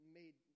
made